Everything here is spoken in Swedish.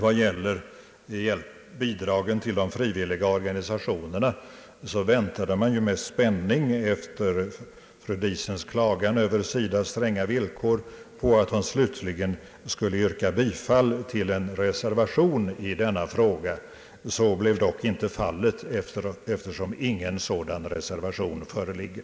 Vad gäller bidragen till de frivilliga organisationerna väntade man väl med spänning efter fru Diesens klagan över SIDA:s stränga villkor att hon slutligen skulle yrka bifall till en reservation i denna fråga. Så blev dock inte fallet, eftersom ingen sådan reservation föreligger.